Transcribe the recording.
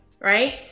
right